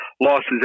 losses